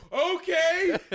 Okay